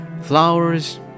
Flowers